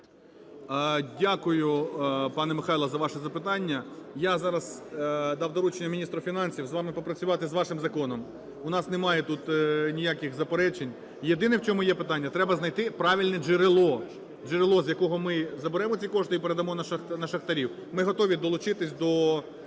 Дякую, пане Михайло, за ваше запитання. Я зараз дав доручення міністру фінансів з вами попрацювати, з вашим законом. У нас немає тут ніяких заперечень. Єдине в чому є питання – треба знайти правильне джерело, джерело, з якого ми заберемо ці кошти і передамо на шахтарів. Ми готові долучитись до